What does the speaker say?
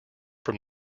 from